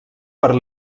per